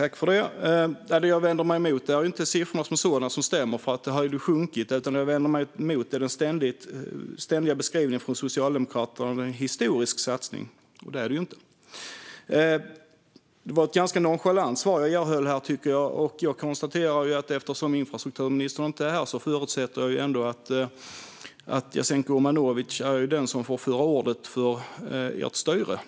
Herr talman! Jag vänder mig inte emot siffrorna som sådana. De stämmer, för det hade ju sjunkit. Det jag vänder mig emot är den ständiga beskrivningen från Socialdemokraternas sida: att det är en historisk satsning. Det är det inte. Det var ett ganska nonchalant svar jag erhöll, tycker jag. Eftersom infrastrukturministern inte är här förutsätter jag att Jasenko Omanovic är den som får föra styrets talan.